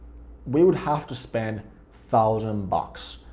we would have to spend thousand bucks,